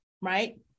right